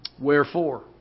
Wherefore